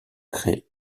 crée